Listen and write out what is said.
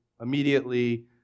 immediately